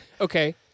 Okay